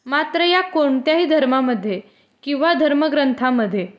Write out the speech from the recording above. मात्र या कोणत्याही धर्मामध्ये किंवा धर्मग्रंथामध्ये